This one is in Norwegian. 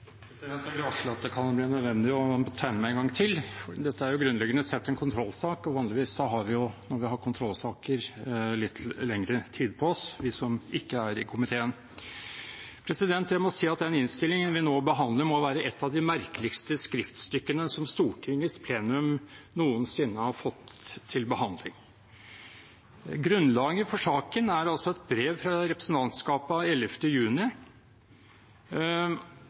jo grunnleggende sett en kontrollsak, og vanligvis har vi, når vi har kontrollsaker, litt lengre tid på oss, vi som ikke er i komiteen. Jeg må si at den innstillingen vi nå behandler, må være et av de merkeligste skriftstykkene som Stortingets plenum noensinne har fått til behandling. Grunnlaget for saken er et brev fra representantskapet av 11. juni,